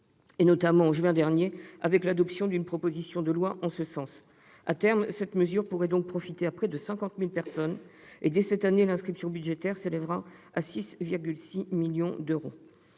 notamment en juin dernier au travers de l'adoption d'une proposition de loi visant à la satisfaire. À terme, cette mesure pourrait profiter à près de 50 000 personnes. Dès cette année, l'inscription budgétaire s'élèvera à 6,6 millions d'euros.